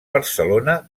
barcelona